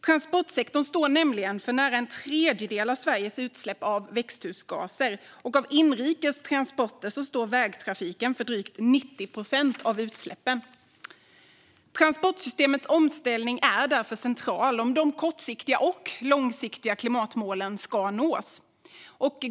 Transportsektorn står nämligen för nära en tredjedel av Sveriges utsläpp av växthusgaser, och av inrikes transporter står vägtrafiken för drygt 90 procent av utsläppen. Transportsystemets omställning är därför central om de kortsiktiga och långsiktiga klimatmålen ska nås.